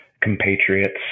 compatriots